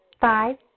Five